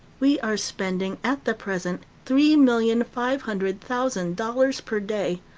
we are spending at the present three million five hundred thousand dollars per day,